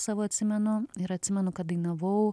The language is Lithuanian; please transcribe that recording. savo atsimenu ir atsimenu kad dainavau